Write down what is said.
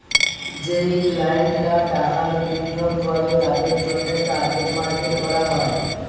যেই ক্লায়েন্টরা টাকা বিনিয়োগ করে তাদের জন্যে টার্গেট মার্কেট করা হয়